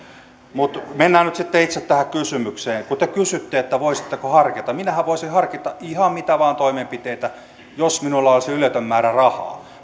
mutta mennään nyt sitten itse tähän kysymykseen kun te kysytte että voisitteko harkita minähän voisin harkita ihan mitä vain toimenpiteitä jos minulla olisi yletön määrä rahaa